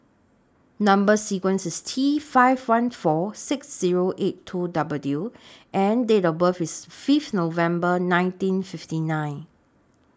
Number sequence IS T five one four six Zero eight two W and Date of birth IS Fifth November nineteen fifty nine